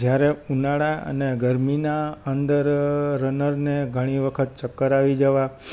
જ્યારે ઉનાળા અને ગરમીના અંદર રનરને ઘણી વખત ચક્કર આવી જવા